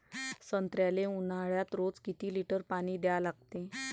संत्र्याले ऊन्हाळ्यात रोज किती लीटर पानी द्या लागते?